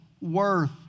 worth